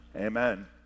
amen